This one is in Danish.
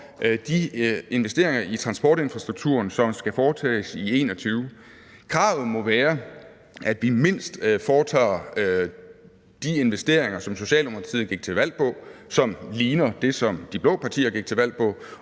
de investeringer i transportinfrastrukturen, som skal foretages i 2021. Kravet må være, at vi mindst foretager de investeringer, som Socialdemokratiet gik til valg på, og som ligner det, som de blå partier gik til valg på,